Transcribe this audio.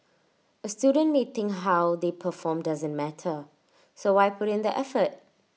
A student may think how they perform doesn't matter so why put in the effort